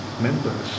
members